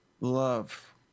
love